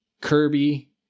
Kirby